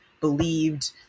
believed